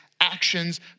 actions